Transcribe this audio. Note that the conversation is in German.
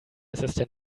assistent